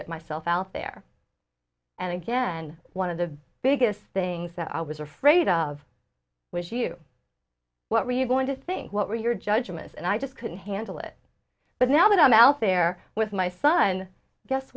get myself out there and again one of the biggest things that i was afraid of was you what were you going to think what were your judgments and i just couldn't handle it but now that i'm out there with my son guess